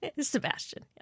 Sebastian